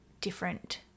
different